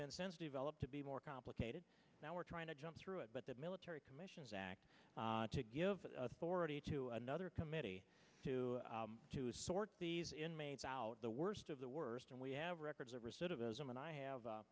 been since developed to be more complicated now we're trying to jump through it but the military commissions act to give already to another committee to to sort these inmates out the worst of the worst and we have records of recidivism and i have a